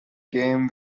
game